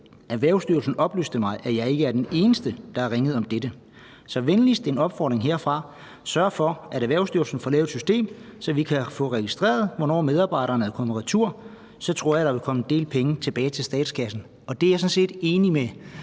Erhvervsstyrelsen oplyste mig, at jeg ikke er den eneste, der har ringet om dette. Så venligst en opfordring herfra: Sørg for, at Erhvervsstyrelsen får lavet et system, så vi kan få registreret, hvornår medarbejderne er kommet retur. Så tror jeg, der vil komme en del penge tilbage til statskassen. Det er jeg sådan set enig med